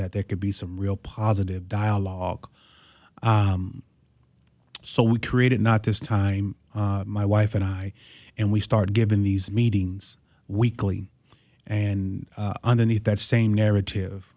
that there could be some real positive dialogue so we created not this time my wife and i and we started giving these meetings weekly and underneath that same narrative